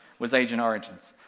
was agent origins.